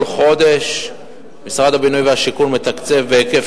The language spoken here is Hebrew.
כל חודש משרד הבינוי והשיכון מתקצב בהיקף